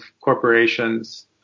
corporations